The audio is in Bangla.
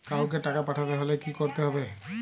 কাওকে টাকা পাঠাতে হলে কি করতে হবে?